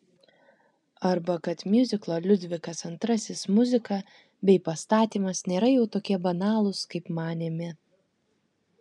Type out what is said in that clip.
arba kad miuziklo liudvikas ii muzika bei pastatymas nėra jau tokie banalūs kaip manėme